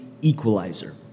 equalizer